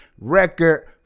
record